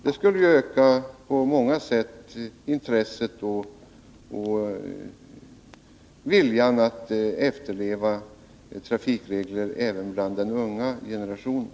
Det skulle öka intresset och viljan att efterleva trafikregler även inom den unga generationen.